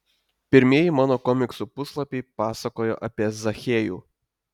pirmieji mano komiksų puslapiai pasakojo apie zachiejų